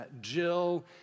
Jill